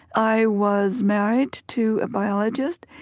i was married to a biologist,